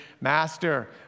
Master